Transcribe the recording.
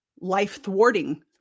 life-thwarting